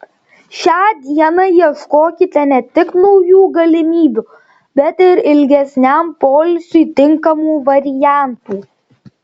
šią dieną ieškokite ne tik naujų galimybių bet ir ilgesniam poilsiui tinkamų variantų